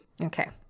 Okay